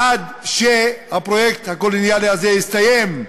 עד שהפרויקט הקולוניאלי הזה יסתיים,